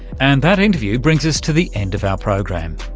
and that interview brings us to the end of our program.